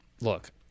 look